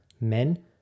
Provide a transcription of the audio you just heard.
men